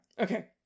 Okay